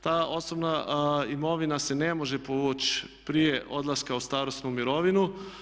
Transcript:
Ta osobna imovina se ne može povući prije odlaska u starosnu mirovinu.